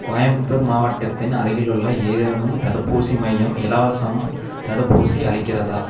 கோயம்புத்தூர் மாவட்டத்தின் அருகில் உள்ள ஏதேனும் தடுப்பூசி மையம் இலவச தடுப்பூசி அளிக்கிறதா